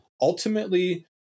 Ultimately